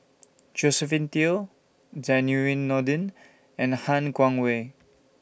Josephine Teo Zainurin Nordin and Han Guangwei